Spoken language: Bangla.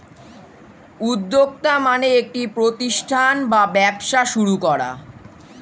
উদ্যোক্তা মানে একটি প্রতিষ্ঠান বা ব্যবসা শুরু করা